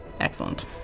Excellent